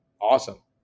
awesome